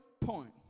point